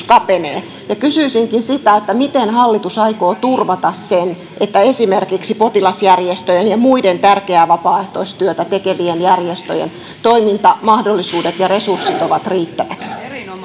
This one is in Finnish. kapenee kysyisinkin miten hallitus aikoo turvata sen että esimerkiksi potilasjärjestöjen ja muiden tärkeää vapaaehtoistyötä tekevien järjestöjen toimintamahdollisuudet ja resurssit ovat riittävät